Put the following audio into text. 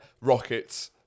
rockets